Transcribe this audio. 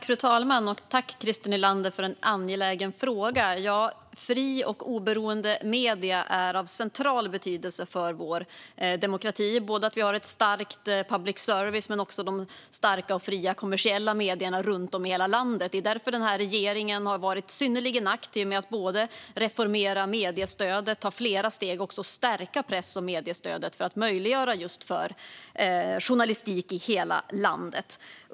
Fru talman! Tack, Christer Nylander, för en angelägen fråga! Fria och oberoende medier är av central betydelse för vår demokrati, både en stark public service och de starka och fria kommersiella medierna runt om i hela landet. Det är därför den här regeringen har varit synnerligen aktiv med att både reformera mediestödet och ta steg mot att också stärka press och mediestödet för att möjliggöra journalistik i hela landet.